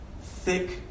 Thick